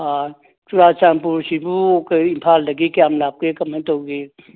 ꯑꯥ ꯆꯨꯔꯆꯥꯟꯄꯨꯔꯁꯤꯕꯨ ꯀꯔꯤ ꯏꯝꯐꯥꯜꯗꯒꯤ ꯀꯌꯥꯝ ꯂꯥꯞꯀꯦ ꯀꯔꯝꯍꯥꯏ ꯇꯧꯒꯦ